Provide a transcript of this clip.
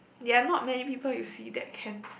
there are not many people that you see that can